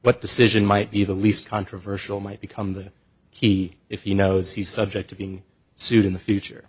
but decision might be the least controversial might become that he if he knows he's subject to being sued in the future